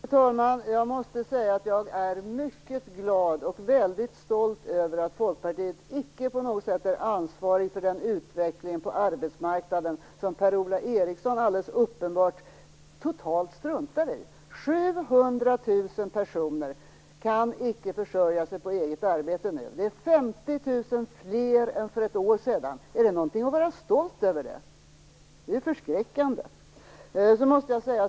Fru talman! Jag måste säga att jag är mycket glad och väldigt stolt över att Folkpartiet icke på något sätt är ansvarigt för den utveckling på arbetsmarknaden som Per-Ola Eriksson alldeles uppenbart totalt struntar i. 700 000 personer kan icke försörja sig på eget arbete nu. Det är 50 000 fler än för ett år sedan. Är det någonting att vara stolt över? Det är förskräckande!